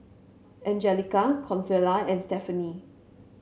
Angelica Consuela and Stephanie